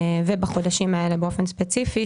ובחודשים האלה באופן ספציפי,